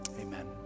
amen